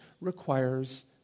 requires